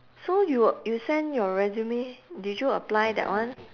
so you you send your resume did you apply that one